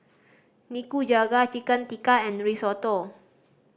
Nikujaga Chicken Tikka and Risotto